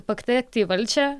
patekti į valdžią